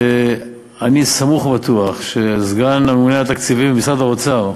ואני סמוך ובטוח שסגן הממונה על התקציבים במשרד האוצר,